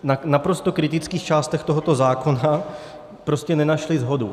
V naprosto kritických částech tohoto zákona prostě nenašla shodu.